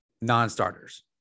non-starters